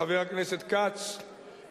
חבר הכנסת כץ,